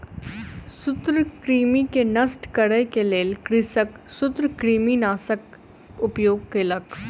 सूत्रकृमि के नष्ट करै के लेल कृषक सूत्रकृमिनाशकक उपयोग केलक